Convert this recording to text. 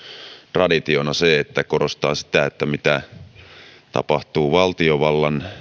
traditiona se että korostetaan sitä mitä kenties tapahtuu valtiovallan